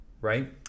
right